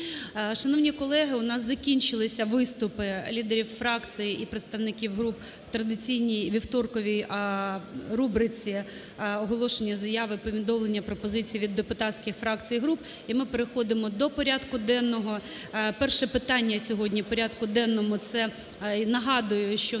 Шановні колеги, у нас закінчилися виступи лідерів фракцій і представників груп в традиційній вівторковій рубриці "оголошення, заяви, повідомлення, пропозицій від депутатських фракцій і груп" і ми переходимо до порядку денного. Перше питання сьогодні в порядку денному – це, нагадую, що у нас